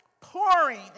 pouring